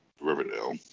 Riverdale